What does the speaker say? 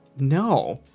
No